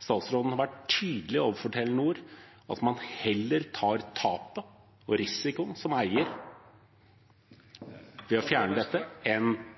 statsråden vært tydelig overfor Telenor om at man som eier heller tar tapet og risikoen ved å fjerne